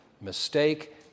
mistake